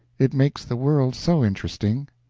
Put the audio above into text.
it makes the world so interesting.